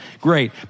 Great